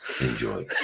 Enjoy